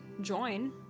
join